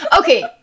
Okay